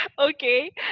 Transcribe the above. Okay